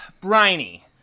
briny